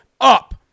up